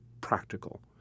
practical